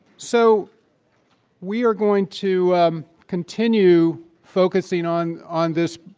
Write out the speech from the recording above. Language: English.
so we are going to continue focusing on on this,